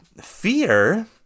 fear